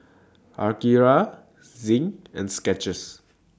Akira Zinc and Skechers